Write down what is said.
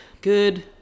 good